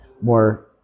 more